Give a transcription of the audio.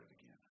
again